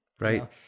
Right